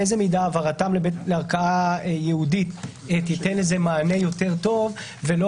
באיזה מידה העברתם לערכאה ייעודית תיתן לזה מענה יותר טוב ולא